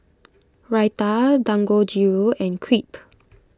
Raita Dangojiru and Crepe